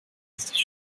ist